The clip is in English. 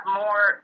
more